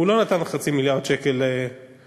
הוא לא נתן חצי מיליארד שקל ל,